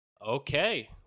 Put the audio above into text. Okay